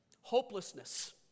Hopelessness